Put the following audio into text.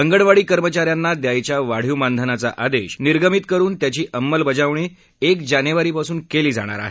अंगणवाडी कर्मचा यांना द्यायच्या वाढीव मानधानाचा आदेश निर्गमित करुन त्याची अंमलबजावणी एक जानेवारीपासून केली जाणार आहे